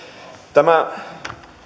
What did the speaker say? tämä